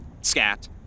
scat